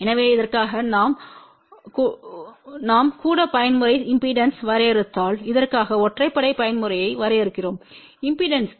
எனவே இதற்காக நாம் கூட பயன்முறை இம்பெடன்ஸ் வரையறுத்தால் இதற்காக ஒற்றைப்படை பயன்முறையை வரையறுக்கிறோம் இம்பெடன்ஸ்